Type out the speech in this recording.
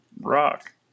rock